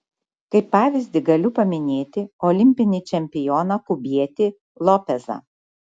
kaip pavyzdį galiu paminėti olimpinį čempioną kubietį lopezą